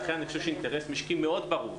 לכן אני חושב שזה אינטרס משקי מאוד ברור.